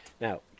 Now